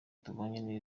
tubonye